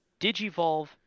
digivolve